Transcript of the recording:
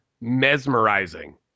mesmerizing